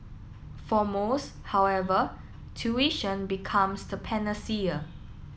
for most however tuition becomes the panacea